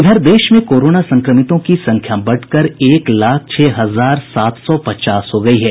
इधर देश में कोरोना संक्रमितों की संख्या बढ़कर एक लाख छह हजार सात सौ पचास हो गयी है